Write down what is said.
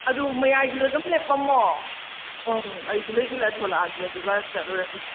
ꯑꯗꯨ ꯃꯌꯥꯏꯗꯨꯗ ꯑꯗꯨꯝ ꯂꯦꯞꯄꯝꯃꯣ ꯎꯝ ꯑꯩꯁꯨ ꯂꯣꯏꯁꯤꯜꯂ ꯊꯣꯂꯛꯑꯒꯦ ꯑꯗꯨꯒ ꯆꯠꯂꯨꯔꯁꯤ